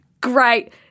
great